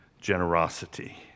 generosity